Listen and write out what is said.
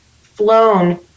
flown